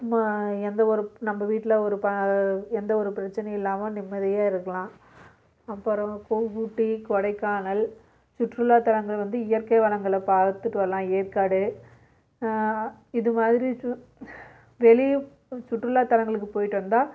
நம்ம எந்த ஒரு நம்ம வீட்டில் ஒரு ப எந்தவொரு பிரச்சனையும் இல்லாமல் நிம்மதியாக இருக்கலாம் அப்பறம் கு ஊட்டி கொடைக்கானல் சுற்றுலாத்தலங்கள் வந்து இயற்கை வளங்களை பார்த்துட்டு வரலாம் ஏற்காடு இதுமாதிரி சு வெளியே இப்போ சுற்றுலாத்தலங்களுக்கு போயிட்டு வந்தால்